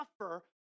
suffer